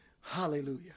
Hallelujah